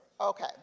Okay